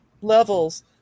levels